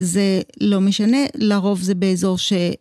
זה לא משנה, לרוב זה באזור ש...